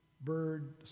bird